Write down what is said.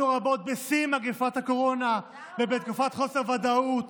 רבות בשיא מגפת הקורונה ובתקופת חוסר ודאות.